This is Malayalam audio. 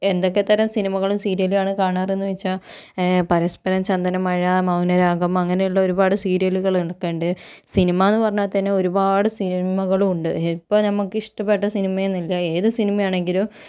എന്തൊക്കെത്തരം സിനിമകളും സീരിയലും ആണ് കാണാറ്ന്ന് ചോദിച്ചാൽ പരസ്പരം ചന്ദനമഴ മൗനരാഗം മൗനരാഗം അങ്ങനെയുള്ള ഒരുപാട് സീരിയലുകളൊക്കെയുണ്ട് സിനിമാന്ന് പറഞ്ഞാൽ ഒരുപാട് സിനിമകളും ഉണ്ട് ഇപ്പം നമുക്ക് ഇഷ്ടപ്പെട്ട സിനിമയെന്നില്ല ഏത് സിനിമയാണെങ്കിലും